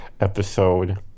episode